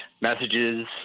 messages